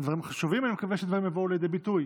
הדברים חשובים, אני מקווה שהם גם יבואו לידי ביטוי